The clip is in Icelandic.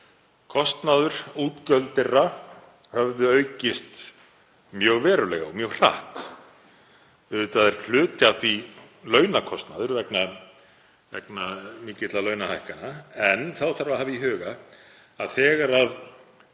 þrengingum. Útgjöld þeirra höfðu aukist mjög verulega og mjög hratt. Auðvitað er hluti af því launakostnaður vegna mikilla launahækkana. En þá þarf að hafa í huga að þegar